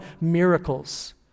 miracles